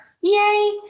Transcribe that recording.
yay